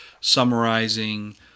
summarizing